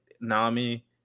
Nami